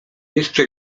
jeszcze